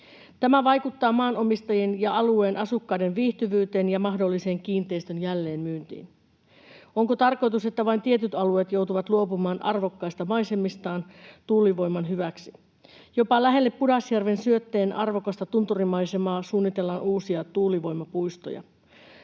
Tämä vaikuttaa maanomistajien ja alueen asukkaiden viihtyvyyteen ja mahdollisen kiinteistön jälleenmyyntiin. Onko tarkoitus, että vain tietyt alueet joutuvat luopumaan arvokkaista maisemistaan tuulivoiman hyväksi? Jopa lähelle Pudasjärven Syötteen arvokasta tunturimaisemaa suunnitellaan uusia tuulivoimapuistoja.